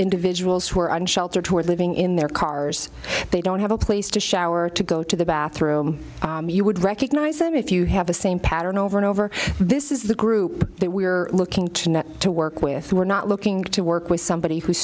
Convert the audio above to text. individuals who are unsheltered toward living in their cars they don't have a place to shower or to go to the bathroom you would recognize them if you have the same pattern over and over this is the group that we are looking to work with we're not looking to work with somebody who's